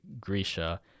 Grisha